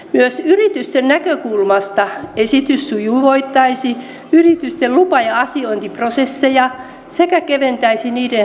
myös yritysten näkökulmasta esitys sujuvoittaisi yritysten lupa ja asiointiprosesseja sekä keventäisi niiden hallinnollista taakkaa